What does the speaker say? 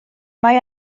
mae